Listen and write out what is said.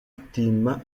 team